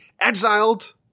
exiled